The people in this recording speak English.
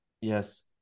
Yes